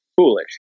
foolish